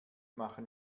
machen